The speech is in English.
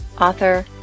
author